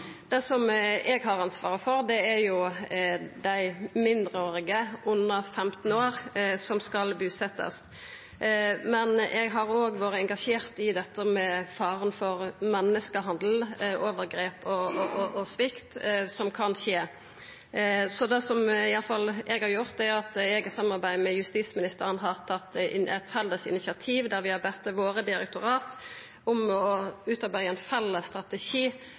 Det som eg har ansvaret for, er dei mindreårige under 15 år som skal busetjast, men eg har òg vore engasjert i dette med faren for menneskehandel, overgrep og svikt, som kan skje. Det som i alle fall eg har gjort, er at eg i samarbeid med justisministeren har tatt eit felles initiativ der vi har bedt våre direktorat om å utarbeida ein felles strategi